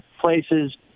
places